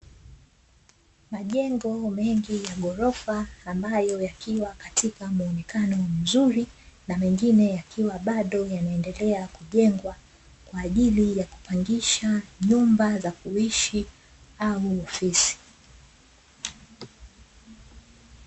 Majengo mengi ya ghorofa ambayo yakiwa katika muonekano mzuri, na mengine yakiwa bado yanaendelea kujengwa, kwa ajili ya kupangishwa nyumba za kuishi au ofisi.